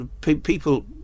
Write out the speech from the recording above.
people